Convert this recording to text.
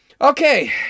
Okay